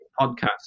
Podcast